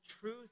truth